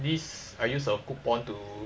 these I use a coupon to